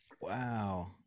Wow